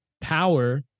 power